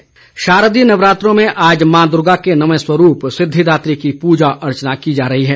नवरात्र नवमीं शारदीय नवरात्रों में आज माँ दुर्गा के नौवें स्वरूप सिद्धिदात्री की पूजा अर्चना की जा रही है